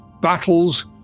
battles